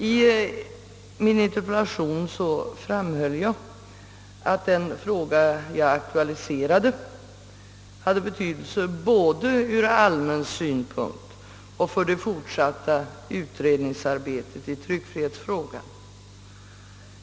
I min interpellation framhöll jag att det spörsmål jag aktualiserade hade betydelse både från allmän synpunkt och för det fortsatta utredningsarbetet i tryckfrihetsfrågan.